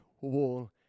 wall